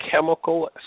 chemical